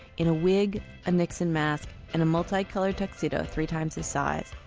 in a wig and nixon mask and a multi coloured tuxedo three times his size,